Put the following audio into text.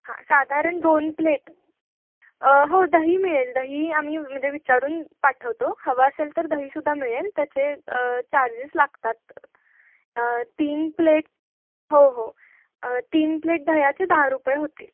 हां साधारण दोन प्लेट हो दही मिळेल दही आम्ही म्हणजे विचारून पाठवतो हवं असेल तर दही सुद्धा मिळेल त्याचे चार्जेस लागतात तीन प्लेट हो हो तीन प्लेट दह्याचे दहा रुपये होतील